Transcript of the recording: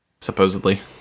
Supposedly